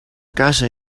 casa